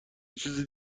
چیز